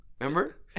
Remember